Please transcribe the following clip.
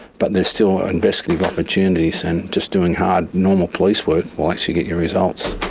but there's still investigative opportunities and just doing hard normal police work will actually get you results.